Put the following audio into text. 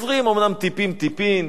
אומנם טיפין-טיפין,